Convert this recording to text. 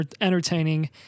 entertaining